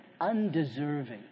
undeserving